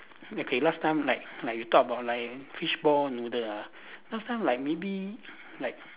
okay last time like like you talk about like fishball noodle ah last time like maybe like